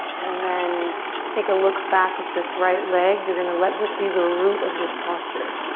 and then take a look back at this right leg. you're gonna let this be the root of this posture.